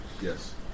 Yes